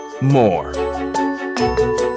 more